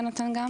יהונתן,